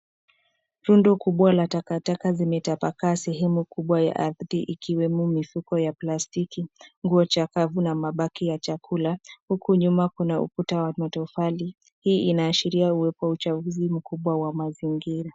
Rundo kubwa la takataka zimetapakaa sehemu kubwa ya ardhi ikiwemo mifuko ya plastiki, nguo changavu na mabaki ya chakula huku nyuma kuna ukuta wa matofali. Hii inaashiria uwepo wa uchafuzi mkubwa wa mazingira.